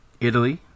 Italy